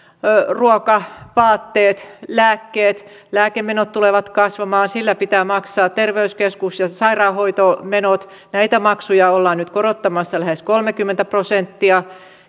ruoka vaatteet lääkkeet lääkemenot tulevat kasvamaan ja sillä pitää maksaa terveyskeskus ja sairaanhoitomenot näitä maksuja ollaan nyt korottamassa lähes kolmekymmentä prosenttia